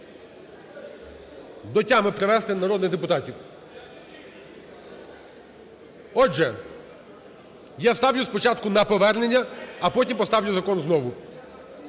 до тями привести народних депутатів. Отже, я ставлю спочатку на повернення, а потім поставлю закон знову.